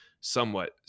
somewhat